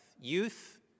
Youth